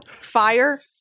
fire